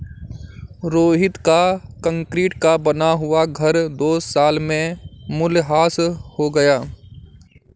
रोहित का कंक्रीट का बना हुआ घर दो साल में मूल्यह्रास हो गया